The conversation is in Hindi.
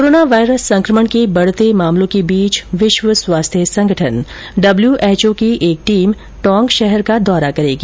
कोरोना वायरस संकमण के बढते मामलों के बीच विश्व स्वास्थ्य संगठन डब्ल्यूएचओ की एक टीम टोंक शहर का दौरा करेगी